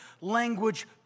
language